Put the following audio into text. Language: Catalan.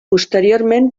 posteriorment